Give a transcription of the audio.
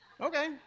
Okay